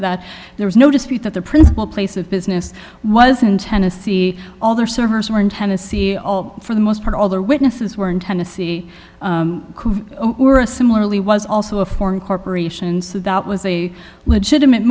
that there was no dispute that the principal place of business was in tennessee all their servers were in tennessee for the most part all their witnesses were in tennessee who were similarly was also a foreign corporations so that was a legitimate